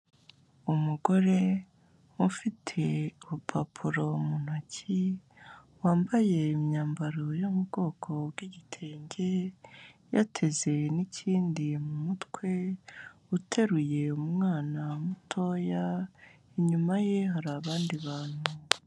Umugore ufite urupapuro mu ntoki, wambaye imyambaro yo mu bwoko bw'igitenge, yateze n'ikindi mu mutwe uteruye umwana mutoya, inyuma ye hari abandi bantu.